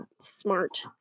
smart